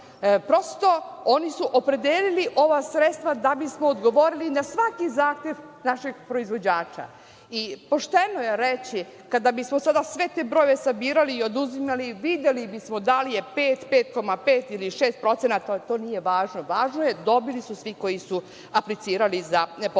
Prosto, oni su opredelili ova sredstva da bismo odgovorili na svaki zahtev našeg proizvođača. Pošteno je reći da bismo sada sve te brojeve sabirali i oduzimali, videli bismo da li je 5,5 ili je 6%, to nije važno, važno je da su dobili svi koji su aplicirali za podsticaje. Ne